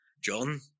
John